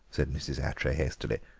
said mrs. attray hastily.